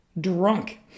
drunk